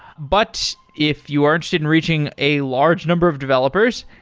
but if you are interested in reaching a large number of developers,